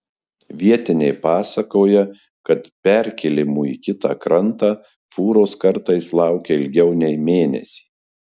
vietiniai pasakoja kad perkėlimo į kitą krantą fūros kartais laukia ilgiau nei mėnesį